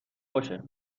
باشه